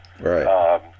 Right